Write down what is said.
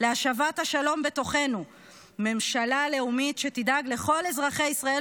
להשבת השלום בתוכנו"; "ממשלה לאומית שתדאג לכל אזרחי ישראל